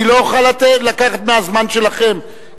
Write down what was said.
אני לא אוכל לקחת מהזמן שלכם,